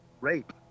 rape